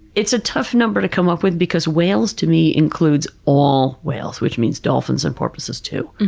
it's a tough number to come up with because whales, to me, includes all whales, which means dolphins and porpoises too.